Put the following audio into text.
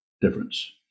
difference